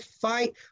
fight